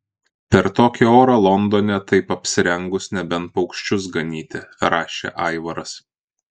per tokį orą londone taip apsirengus nebent paukščius ganyti rašė aivaras